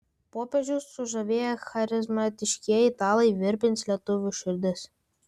popiežių sužavėję charizmatiškieji italai virpins lietuvių širdis